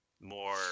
more